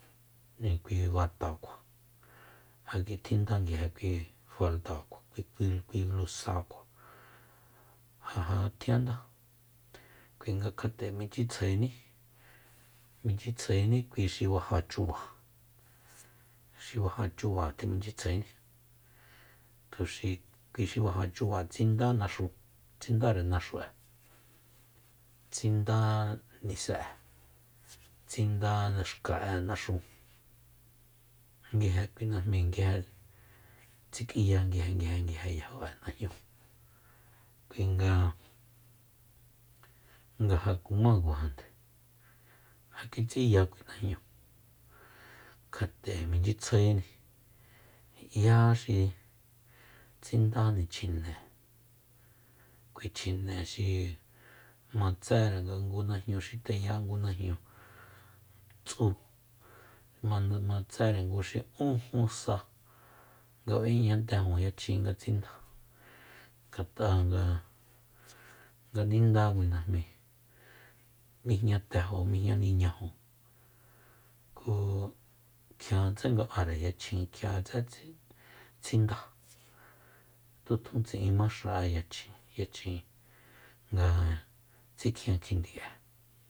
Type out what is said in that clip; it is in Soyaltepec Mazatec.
Kui batakua ja tjinda nguije kui faldaku kui- kui blusakua ja jatjiandá kuinga kjat'e minchyitsjaení-minchyitsjaení kui xi baja chuba xi baja chuba nde minchyitsjaení tuxi kui xi baja chuba tsinda naxu tsinda nise'e tsinda xka'e naxu nguije kui najmi tsik'iya nguijenguijenguije yajo'e najñúu kuinga nga ja kuma kuajande ja kitsiya kui najñu kjat'e michyitsjaeni 'yaxi tsindáni chjine kui chjine xi matsére nga ngu najñu xi teya ngu najñu tsu manda matsére ngu xi ún jun sa nga b'ejña tenju yachjin nga tsindá ngat'a nga nindá kui najmíi mijñatéju mijñaniñaju ku tkiatse nga áre yachjin kjiatse tsinda tutjun tsi'inma xa'e yachjin- yachjin tsikjien kjindi'e